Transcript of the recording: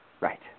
Right